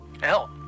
Hell